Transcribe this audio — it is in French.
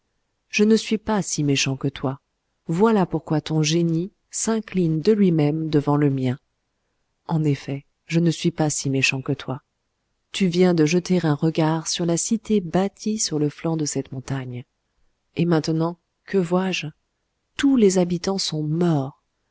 je ne suis pas si méchant que toi voilà pourquoi tort génie s'incline de lui-même devant le mien en effet je ne suis pas si méchant que toi tu viens de jeter un regard sur la cité bâtie sur le flanc de cette montagne et maintenant que vois-je tous les habitants sont morts